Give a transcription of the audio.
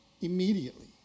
Immediately